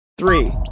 Three